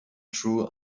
true